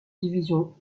division